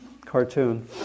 cartoon